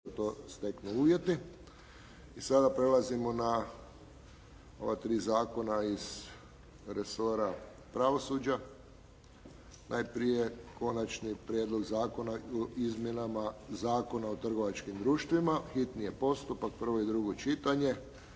Josip (HSS)** I sada prelazimo na ova tri zakona iz resora pravosuđa. Najprije - Konačni prijedlog zakona o izmjenama Zakona o trgovačkim društvima, hitni postupak, prvo i drugo čitanje,